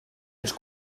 ens